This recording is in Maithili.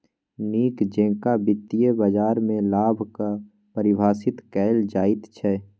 नीक जेकां वित्तीय बाजारमे लाभ कऽ परिभाषित कैल जाइत छै